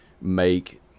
make